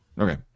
okay